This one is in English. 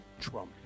Trump